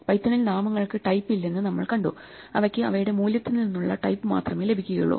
പൈത്തണിൽ നാമങ്ങൾക്ക് ടൈപ്പ് ഇല്ലെന്ന് നമ്മൾ കണ്ടു അവയ്ക്ക് അവയുടെ മൂല്യത്തിൽ നിന്നുള്ള ടൈപ്പ് മാത്രമേ ലഭിക്കുകയുള്ളൂ